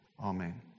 amen